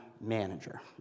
manager